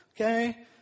okay